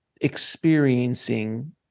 experiencing